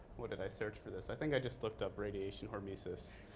what did i search for this? i think i just looked up radiation hormesis.